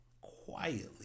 quietly